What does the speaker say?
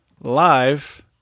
live